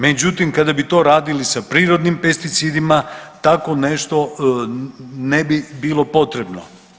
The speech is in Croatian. Međutim, kada bi to radili sa prirodnim pesticidima takvo nešto ne bi bilo potrebno.